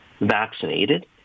vaccinated